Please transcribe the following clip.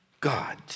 God